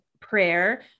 prayer